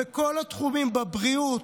בבריאות,